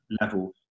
level